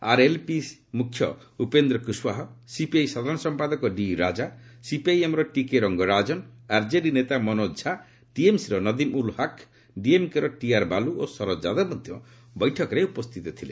RLSP ମୁଖ୍ୟ Upendra Kushwaha CPI ସାଧାରଣ ସମ୍ପାଦକ ଡି ରାଜା ସିପିଆଇଏମ୍ର ଟିକେ ରଙ୍ଗରାଜନ ଆର୍କେଡି ନେତା ମନୋଜ ଝା ଟିଏମ୍ସିର ନଦିମ୍ ଉଲ୍ ହକ୍ ଡିଏମ୍କେର ଟିଆର୍ ବାଲୁ ଓ ଶରଦ ଯାଦବ ମଧ୍ୟ ବୈଠକରେ ଉପସ୍ଥିତ ଥିଲେ